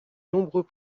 nombreux